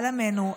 על עמנו,